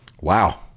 Wow